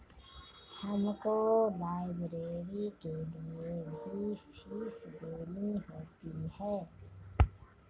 हमको लाइब्रेरी के लिए भी फीस देनी होती है